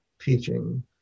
teaching